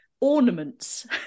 ornaments